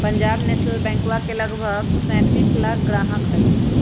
Punjab national बैंकवा के लगभग सैंतीस लाख ग्राहक हई